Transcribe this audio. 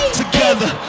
together